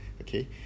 Okay